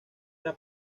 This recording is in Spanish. era